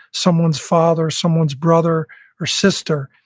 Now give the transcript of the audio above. someone's father, someone's brother or sister.